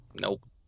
Nope